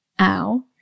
Ow